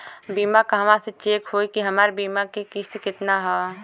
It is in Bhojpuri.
बीमा कहवा से चेक होयी की हमार बीमा के किस्त केतना ह?